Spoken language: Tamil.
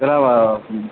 இதெல்லாம் வ ம்